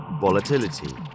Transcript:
volatility